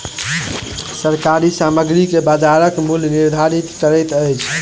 सरकार सामग्री के बजारक मूल्य निर्धारित करैत अछि